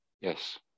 yes